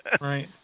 right